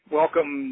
welcome